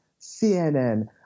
CNN